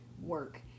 Work